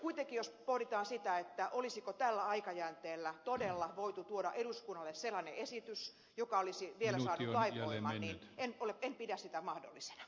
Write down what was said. kuitenkin jos pohditaan sitä olisiko tällä aikajänteellä todella voitu tuoda eduskunnalle sellainen esitys joka olisi vielä saanut lainvoiman niin en pidä sitä mahdollisena